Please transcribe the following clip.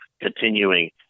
continuing